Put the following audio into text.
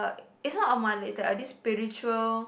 is not a mother is like a this spiritual